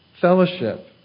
fellowship